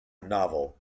novel